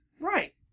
Right